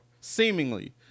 seemingly